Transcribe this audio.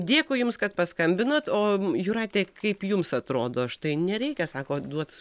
dėkui jums kad paskambinot o jūratė kaip jums atrodo štai nereikia sako duot